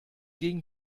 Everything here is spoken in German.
gegen